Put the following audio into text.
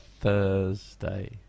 Thursday